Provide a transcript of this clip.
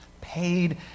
paid